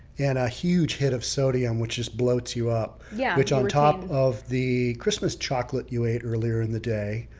and a huge hit of sodium, which is bloats you up, yeah which on top of the christmas chocolate you ate earlier in the day,